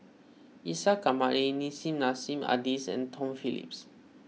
Isa Kamari Nissim Nassim Adis and Tom Phillips